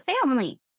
family